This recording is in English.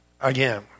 again